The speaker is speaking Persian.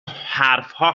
حرفها